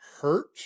hurt